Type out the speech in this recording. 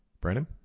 Brandon